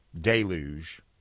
deluge